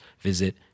visit